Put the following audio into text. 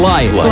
Life